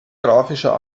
grafischer